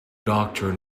doctor